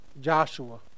Joshua